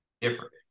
different